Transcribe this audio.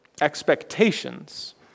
expectations